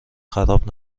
خراب